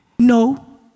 No